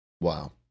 Wow